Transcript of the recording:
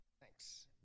Thanks